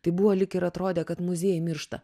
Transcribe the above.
tai buvo lyg ir atrodė kad muziejai miršta